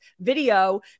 video